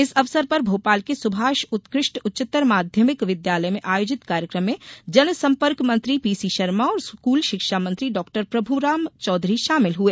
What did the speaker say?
इस अवसर पर भोपाल के सुभाष उत्कृष्ट उच्चतर माध्यमिक विद्यालय में आयोजित कार्यक्रम में जनसंपर्क मंत्री पीसी शर्मा और स्कूल शिक्षा मंत्री डॉ प्रभुराम चौधरी शामिल हुए